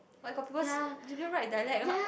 but got people people write dialect one